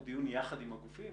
הוא דיון יחד עם הגופים,